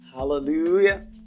Hallelujah